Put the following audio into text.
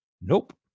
nope